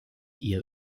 ihr